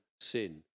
sin